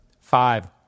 Five